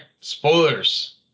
spoilers